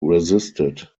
resisted